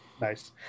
Nice